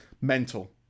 Mental